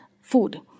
food